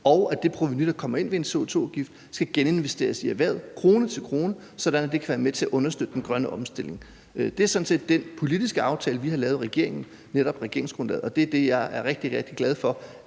og at det provenu, der kommer ind ved en CO2-afgift, skal geninvesteres i erhvervet krone til krone, sådan at det kan være med til at understøtte den grønne omstilling. Det er sådan set den politiske aftale, vi har lavet i regeringen, altså netop regeringsgrundlaget, og det er det, jeg er rigtig, rigtig glad for